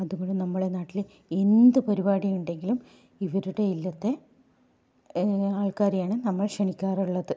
അതുപോലെ നമ്മുടെ നാട്ടിലെ എന്ത് പരിപാടി ഉണ്ടെങ്കിലും ഇവരുടെ ഇല്ലത്തെ ആൾക്കാരെയാണ് നമ്മൾ ക്ഷണിക്കാറുള്ളത്